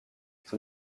son